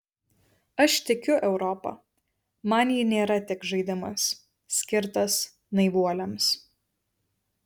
aš tikiu europa man ji nėra tik žaidimas skirtas naivuoliams